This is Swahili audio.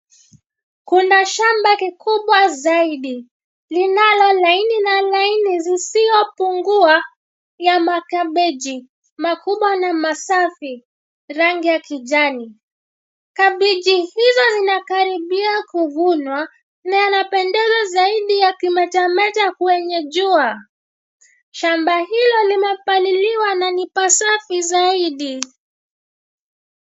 Kuna shamba kikubwa zaidi, linalo laini na laini zisiyopungua ya makabeji makubwa na masafi, rangi ya kijani. Kabeji hizo zinakaribia kuvunwa na yanapendeza zaidi yakimetameta kwenye jua. Shamba hilo limepaliliwa na ni pasafi zaidi.